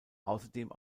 außerdem